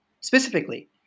Specifically